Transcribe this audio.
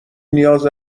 نیاز